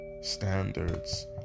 standards